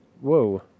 Whoa